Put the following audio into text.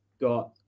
got